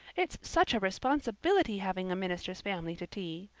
it's such a responsibility having a minister's family to tea.